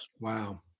Wow